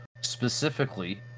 specifically